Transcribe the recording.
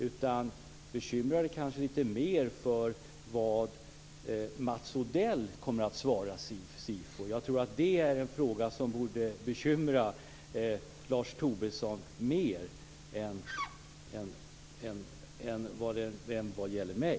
Han borde bekymra sig litet mer för vad Mats Odell kommer att svara SIFO. Jag tror att det är en fråga som borde bekymra Lars Tobisson mer än den som gäller mig.